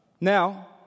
Now